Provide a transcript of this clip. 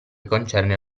concerne